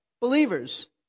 believers